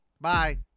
Bye